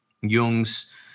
Jung's